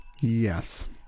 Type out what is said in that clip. Yes